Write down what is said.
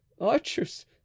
Archers